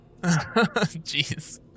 Jeez